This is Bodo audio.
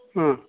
उम